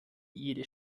jede